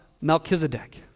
Melchizedek